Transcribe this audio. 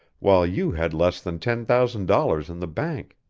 while you had less than ten thousand dollars in the bank.